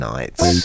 Nights